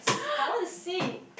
I wanna see